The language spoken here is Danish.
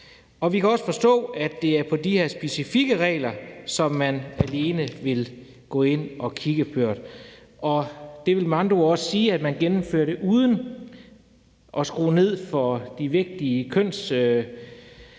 Vi kan også forstå, at det alene er de her specifikke regler, som man vil gå ind og kigge på, og det vil med andre ord også sige, at man gennemfører det uden at skrue ned for de vigtige